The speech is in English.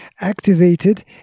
activated